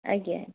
ଆଜ୍ଞା